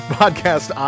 podcast